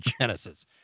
Genesis